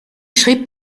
schrieb